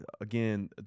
again